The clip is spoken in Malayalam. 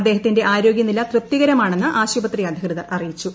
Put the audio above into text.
അദ്ദേഹത്തിന്റെ ആരോഗ്യനില തൃപ്തികരമാണെന്ന് ആശുപത്രി അധികൃതർ അറിയിച്ചു